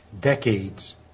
decades